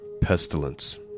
pestilence